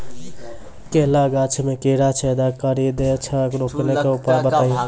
केला गाछ मे कीड़ा छेदा कड़ी दे छ रोकने के उपाय बताइए?